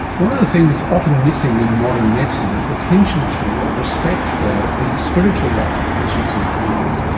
one of the things often missing in modern medicine is attention to or respect for the spiritual life of patients and families,